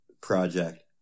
project